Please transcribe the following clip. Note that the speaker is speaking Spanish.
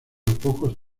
pocos